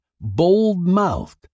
bold-mouthed